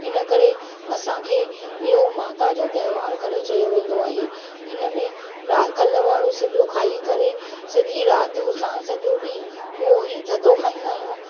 इन करे असांखे इहो माता जो त्योहार करे चयो वेंदो आहे इन में कल्ह वारो सॼो खाई करे सॼी राति असां सॼो ॾींहुं उहो ई थधो खाईंदा आहियूं